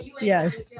Yes